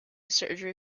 surgery